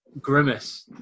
grimace